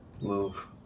move